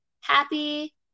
happy